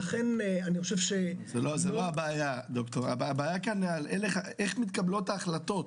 זן לא הבעיה אלא איך מתקבלות ההחלטות.